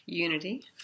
Unity